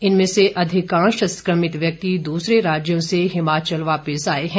इनमें अधिकांश संकमित व्यक्ति दूसरे राज्यों से हिमाचल वापिस आए हैं